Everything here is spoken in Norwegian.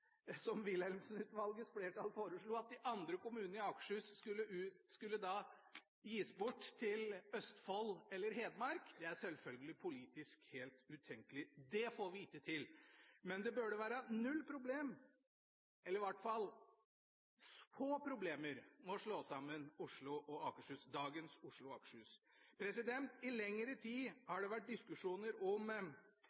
som Wilhelmsen-utvalgets flertall foreslo, at de andre kommunene i Akershus skal gis bort til Østfold eller Hedmark, er sjølsagt politisk helt utenkelig – det får vi ikke til. Men det burde være null problem eller i hvert fall få problemer med å slå sammen dagens Oslo og Akershus. I lengre tid har det vært diskusjoner om kommune- og fylkesinndelingen i